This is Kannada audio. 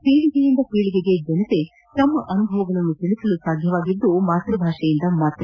ಪೀಳಿಗೆಯಿಂದ ಪೀಳಿಗೆಗೆ ಜನರು ತಮ್ಮ ಅನುಭವಗಳನ್ನು ತಿಳಿಸಲು ಸಾಧ್ಯವಾಗಿದ್ದುದು ಮಾತ್ಪಭಾಷೆಯಿಂದ ಮಾತ್ರ